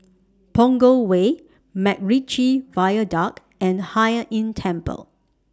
Punggol Way Macritchie Viaduct and Hai Inn Temple